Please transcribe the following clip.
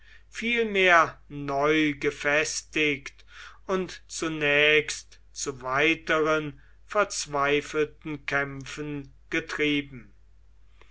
vielmehr neu gefestigt und zunächst zu weiteren verzweifelten kämpfen getrieben